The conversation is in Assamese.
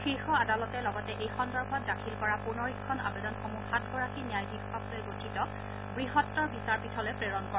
শীৰ্ষ আদালতে লগতে এই সন্দৰ্ভত দাখিল কৰা পূনৰীক্ষণ আবেদনসমূহ সাতগৰাকী ন্যায়াধীশকলৈ গঠিত বৃহত্তৰ বিচাৰপীঠলৈ প্ৰেৰণ কৰে